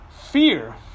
Fear